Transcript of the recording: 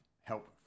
help